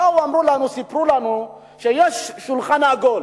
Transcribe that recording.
באו ואמרו לנו וסיפרו לנו שיש שולחן עגול,